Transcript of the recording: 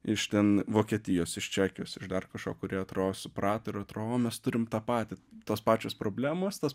iš ten vokietijos iš čekijos iš dar kažko kurie atrodo suprato ir atrodo o mes turim tą patį tos pačios problemos tas